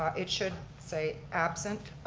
it should say absent.